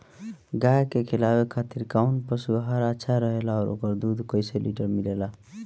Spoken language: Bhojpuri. गाय के खिलावे खातिर काउन पशु आहार अच्छा रहेला और ओकर दुध कइसे लीटर मिलेला?